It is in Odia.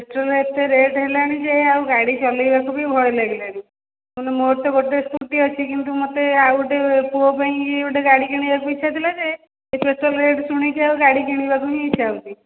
ପେଟ୍ରୋଲ୍ ଏତେ ରେଟ୍ ହେଲାଣି ଯେ ଆଉ ଗାଡ଼ି ଚଳେଇବାକୁ ବି ଭୟ ଲାଗିଲାଣି ତେଣୁ ମୋର ତ ଗୋଟେ ସ୍କୁଟି ଅଛି କିନ୍ତୁ ମୋତେ ଆଉଗୋଟେ ପୁଅ ପାଇଁ ଇଏ ଗୋଟେ ଗାଡ଼ି କିଣିବାକୁ ଇଚ୍ଛା ଥିଲା ଯେ ଏ ପେଟ୍ରୋଲ୍ ରେଟ୍ ଶୁଣିକି ଆଉ ଗାଡ଼ି କିଣିବାକୁ ହିଁ ଇଚ୍ଛା ହେଉନି